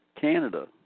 Canada